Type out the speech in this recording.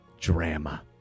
Drama